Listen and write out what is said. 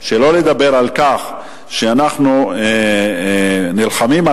שלא לדבר על כך שאנחנו נלחמים על